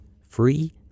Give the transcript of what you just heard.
free